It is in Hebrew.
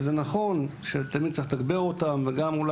זה נכון שתמיד צריך לתגבר אותם וגם אולי